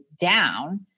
down